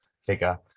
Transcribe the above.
figure